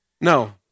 No